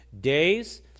days